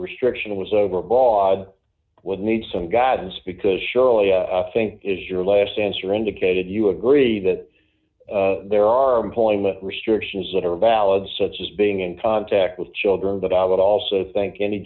restriction was overbought would need some guidance because surely i think is your last answer indicated you agree that there are employment restrictions that are valid such as being in contact with children but i would also think any